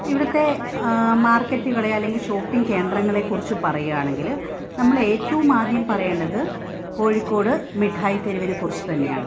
ഇവിടുത്തെ മാർക്കറ്റുകളെ അല്ലെങ്കിൽ ഷോപ്പിങ് കേന്ദ്രങ്ങളെ കുറിച്ച് പറയുകയാണെങ്കിൽ നമ്മൾ ഏറ്റവും ആദ്യം പറയേണ്ടത് കോഴിക്കോട് മിഠായിത്തെരുവിനെ കുറിച്ച് തന്നെയാണ്